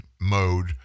mode